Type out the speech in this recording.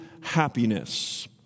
happiness